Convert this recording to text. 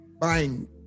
buying